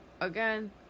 again